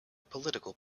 political